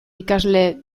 ikasle